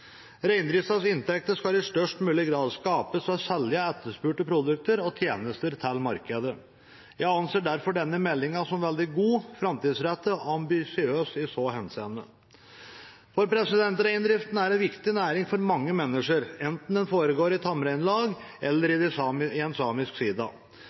Reindriftas inntekter skal i størst mulig grad skapes av å selge etterspurte produkter og tjenester til markedet. Jeg anser derfor denne meldingen som veldig god, framtidsrettet og ambisiøs i så henseende. Reindrifta er en viktig næring for mange mennesker, enten den foregår i tamreinlag eller